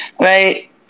Right